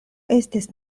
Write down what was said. estis